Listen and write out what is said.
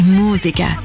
musica